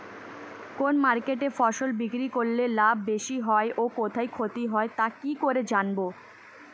কোন মার্কেটে ফসল বিক্রি করলে লাভ বেশি হয় ও কোথায় ক্ষতি হয় তা কি করে জানবো?